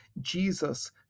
Jesus